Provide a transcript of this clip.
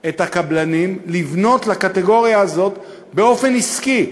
את הקבלנים לבנות לקטגוריה הזאת באופן עסקי.